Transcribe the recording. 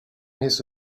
his